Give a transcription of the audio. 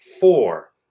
four